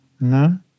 No